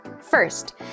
First